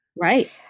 Right